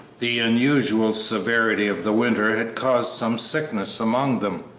the unusual severity of the winter had caused some sickness among them,